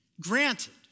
Granted